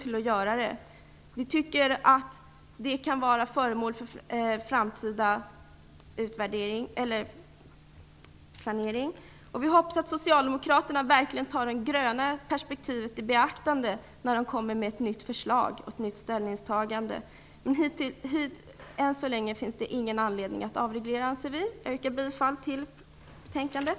Vi tycker att frågan kan vara föremål för framtida planering. Vi hoppas att Socialdemokraterna verkligen tar det gröna perspektivet i beaktande när de lägger fram ett nytt förslag och gör ett nytt ställningstagande. Men än så länge finns det ingen anledning att avreglera. Jag yrkar bifall till utskottets hemställan i betänkandet.